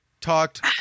Talked